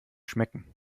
schmecken